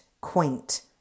quaint